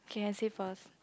K I say first